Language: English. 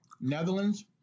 Netherlands